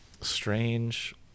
strange